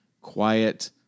quiet